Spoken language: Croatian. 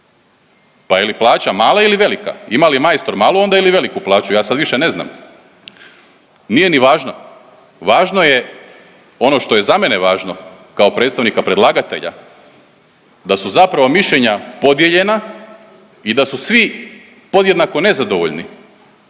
Pa je li plaća mala ili velika, ima li majstor malu onda ili veliku plaću, ja sad više ne znam? Nije ni važno. Važno je ono što je za mene važno, kao predstavnika predlagatelja, da su zapravo mišljenja podijeljena i da su svi podjednako nezadovoljni,